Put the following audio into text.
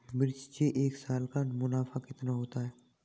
मिर्च से एक साल का मुनाफा कितना होता है?